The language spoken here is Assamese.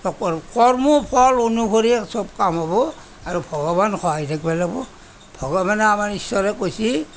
অকল কৰ্ম ফল অনুসৰিয়ে চব কাম হ'ব আৰু ভগৱানৰ সঁহাৰি থাকিব লাগিব ভগৱানে আমাৰ ইশ্বৰে কৈছে